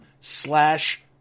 slash